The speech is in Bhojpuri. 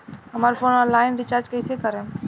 हमार फोन ऑनलाइन रीचार्ज कईसे करेम?